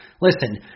Listen